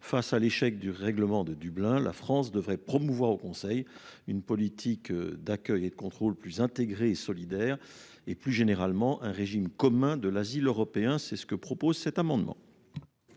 Face à l'échec du règlement de Dublin. La France devrait promouvoir au Conseil une politique d'accueil et de contrôle plus intégrée et solidaire et plus généralement un régime commun de l'asile européen, c'est ce que propose cet amendement.